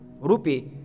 Rupi